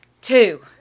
Two